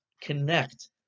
connect